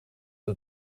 het